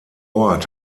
ort